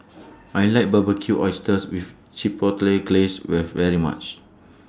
I like Barbecued Oysters with Chipotle Glaze very much